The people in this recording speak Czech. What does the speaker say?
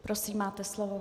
Prosím, máte slovo.